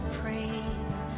praise